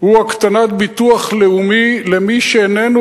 הוא הקטנת דמי ביטוח לאומי למי שאיננו